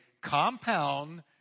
compound